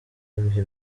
bihe